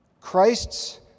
Christ's